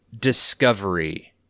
Discovery